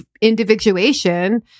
individuation